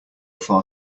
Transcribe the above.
far